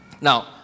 Now